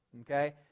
okay